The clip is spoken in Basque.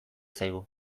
zaigu